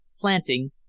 planting,